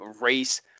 race